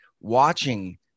watching